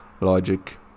logic